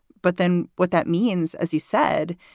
but then what that means, as you said,